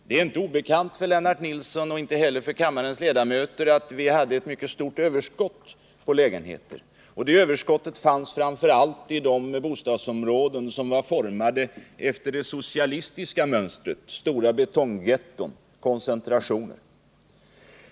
Det är inte obekant för Lennart Nilsson och inte heller för kammarens övriga ledamöter att vi hade ett mycket stort överskott på lägenheter. Det överskottet fanns framför allt i de bostadsområden som var formade efter det socialistiska mönstret — stora betonggetton, präglade av koncentration.